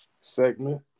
segment